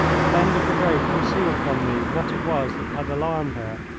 the bend of the road concealed from me what it was that had alarmed her,